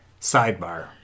Sidebar